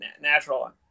natural